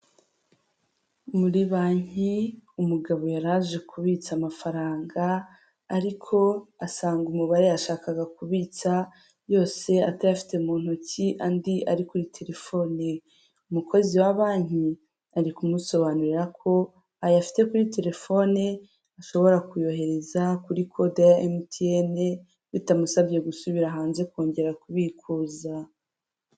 Muri banki umugabo yari aje kubitsa amafaranga ariko asanga umubare yashakaga kubitsa yose atayafite mu ntoki andi ari kuri telefone, umukozi wa banki ari kumusobanurira ko ayafite kuri telefone ashobora kuyohereza kuri kode ya emutiyene bitamusabye gusubira hanze kongera kubikuza.